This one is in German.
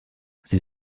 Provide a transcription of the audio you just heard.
sie